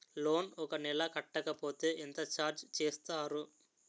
Loan ఒక నెల కట్టకపోతే ఎంత ఛార్జ్ చేస్తారు?